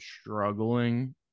struggling